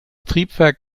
triebwerk